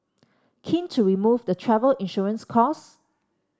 keen to remove the travel insurance costs